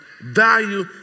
value